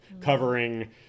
covering